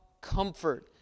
comfort